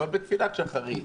אבל בתפילת שחרית,